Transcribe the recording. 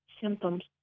symptoms